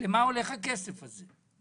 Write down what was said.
לאן הולך הכסף הזה?